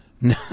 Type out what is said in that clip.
No